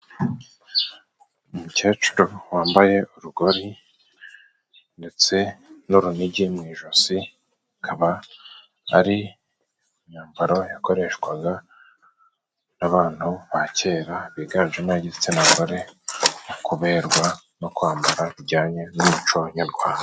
Umukecuru wambaye urugori ndetse n'urunigi mu ijosi, akaba ari imyambaro yakoreshwaga n'abantu ba kera biganjemo ab'igitsina gore mu kuberwa no kwambara bijyanye n'umuco nyarwanda.